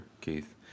Keith